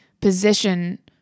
position